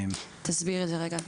תסביר את זה רגע.